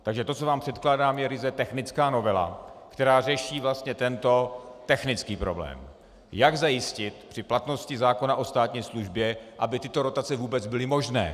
Takže to, co vám předkládám, je ryze technická novela, která řeší vlastně technický problém, jak zajistit při platnosti zákona o státní službě, aby tyto rotace vůbec byly možné.